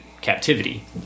captivity